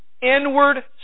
inward